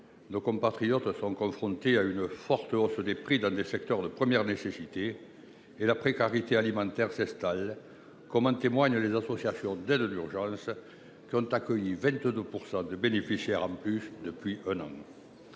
Nos compatriotes sont confrontés à une forte hausse des prix dans des secteurs de première nécessité. La précarité alimentaire s'installe, comme en témoignent les associations d'aide d'urgence qui ont accueilli 22 % de bénéficiaires supplémentaires depuis un an.